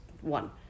one